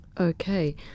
Okay